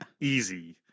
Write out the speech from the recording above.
easy